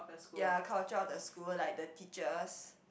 ya culture of the school like the teachers